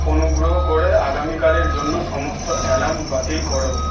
অনুগ্রহ করে আগামীকালের জন্য সমস্ত অ্যালার্ম বাতিল করো